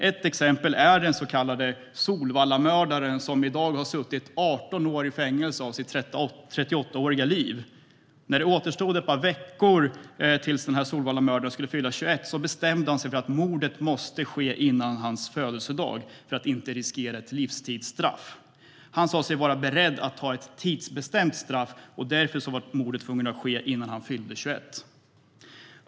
Ett exempel är den så kallade Solvallamördaren, som i dag har suttit 18 år i fängelse av sitt 38-åriga liv. När det återstod ett par veckor tills Solvallamördaren skulle fylla 21 bestämde han sig för att mordet måste ske före hans födelsedag för att inte riskera ett livstidsstraff. Han sa sig vara beredd att ta ett tidsbestämt straff. Därför var mordet tvunget att ske innan han fyllde 21.